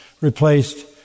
replaced